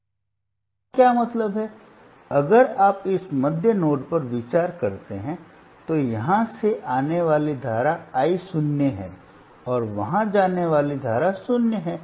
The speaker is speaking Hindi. अब इसका क्या मतलब है अगर आप इस मध्य नोड पर विचार करते हैं तो यहां से आने वाली धारा मैं शून्य है और वहां जाने वाली धारा शून्य है